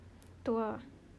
itu lah